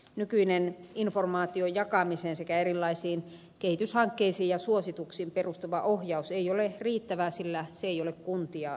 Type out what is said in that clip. nykyinen informaation jakamiseen sekä erilaisiin kehityshankkeisiin ja suosituksiin perustuva ohjaus ei ole riittävää sillä se ei ole kuntia sitovaa